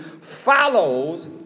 follows